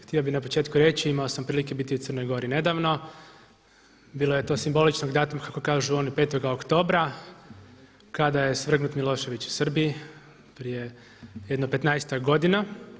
Htio bih na početku reći, imao sam prilike biti u Crnoj Gori nedavno, bilo je to simboličnog datuma kako kažu oni 5. oktobra kada je svrgnut Milošević u Srbiji prije jedno petnaestak godina.